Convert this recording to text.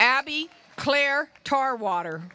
abby claire tar water